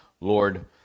Lord